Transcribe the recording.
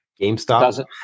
GameStop